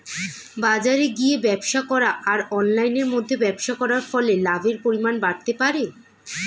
বাজারে গিয়ে ব্যবসা করা আর অনলাইনের মধ্যে ব্যবসা করার ফলে লাভের পরিমাণ বাড়তে পারে?